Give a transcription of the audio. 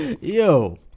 Yo